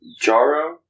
Jaro